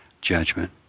judgment